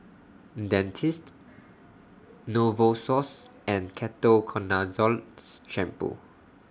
Dentiste Novosource and Ketoconazole Shampoo